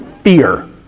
fear